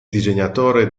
disegnatore